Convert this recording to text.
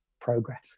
progress